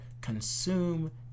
consume